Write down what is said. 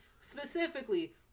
specifically